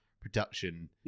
production